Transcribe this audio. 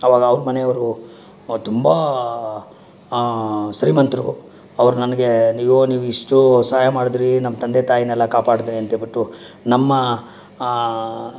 ಆವಾಗ ಅವ್ರ ಮನೆಯವರು ತುಂಬ ಶ್ರೀಮಂತರು ಅವ್ರು ನನಗೆ ನೀವು ನೀವು ಇಷ್ಟು ಸಹಾಯ ಮಾಡಿದ್ರಿ ನಮ್ಮ ತಂದೆ ತಾಯಿನೆಲ್ಲ ಕಾಪಾಡಿದಿರಿ ಅಂಥೇಳ್ಬಿಟ್ಟು ನಮ್ಮ